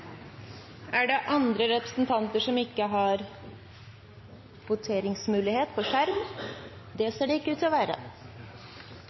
Er det andre representanter som ikke har voteringsmulighet på skjerm? – Det